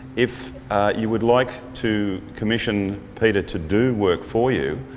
if you would like to commission peter to do work for you,